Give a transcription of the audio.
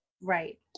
Right